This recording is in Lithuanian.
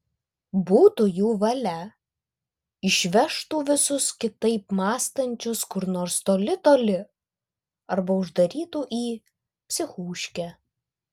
būtų jų valia išvežtų visus kitaip mąstančius kur nors toli toli arba uždarytų į psichūškę